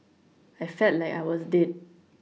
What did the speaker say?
I felt like I was dead